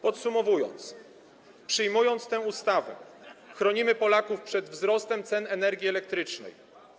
Podsumowując: przyjmując tę ustawę, chronimy Polaków przed wzrostem cen energii elektrycznej.